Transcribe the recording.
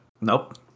nope